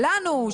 שלנו,